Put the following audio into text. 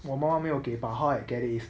我们还没有给 but how I get it is